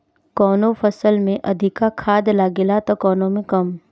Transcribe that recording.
कवनो फसल में अधिका खाद लागेला त कवनो में कम